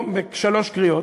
שלוש קריאות.